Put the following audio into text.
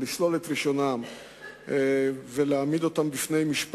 או לשלול מהם את רשיונם ולהעמיד אותם למשפט,